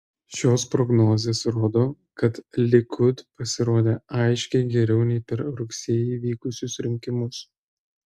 šios prognozės rodo kad likud pasirodė aiškiai geriau nei per rugsėjį vykusius rinkimus